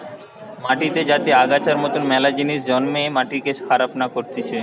মাটিতে যাতে আগাছার মতন মেলা জিনিস জন্মে মাটিকে খারাপ না করতিছে